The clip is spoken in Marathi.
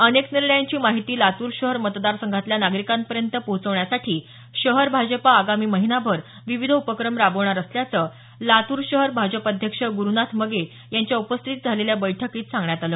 अनेक निर्णयांची माहिती लातूर शहर मतदारसंघातल्या नागरिकांपर्यंत पोहचवण्यासाठी शहर भाजपा आगामी महिनाभर विविध उपक्रम राबवणार असल्याचं लातूर शहर भाजप अध्यक्ष गुरुनाथ मगे यांच्या उपस्थितीत झालेल्या बैठकीत सांगण्यात आलं